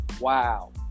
wow